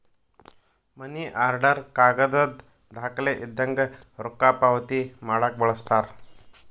ಮನಿ order ಕಾಗದದ್ ದಾಖಲೆ ಇದ್ದಂಗ ರೊಕ್ಕಾ ಪಾವತಿ ಮಾಡಾಕ ಬಳಸ್ತಾರ